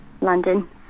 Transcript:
London